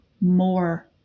more